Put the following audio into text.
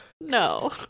No